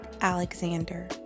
Alexander